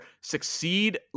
succeed